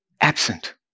Absent